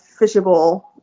fishable